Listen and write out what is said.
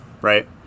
Right